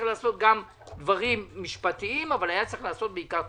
לעשות גם דברים משפטיים אבל היה צריך לעשות גם דברים תקציביים.